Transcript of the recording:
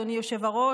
אדוני היושב-ראש,